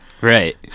Right